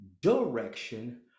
direction